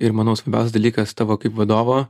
ir manau svarbiausias dalykas tavo kaip vadovo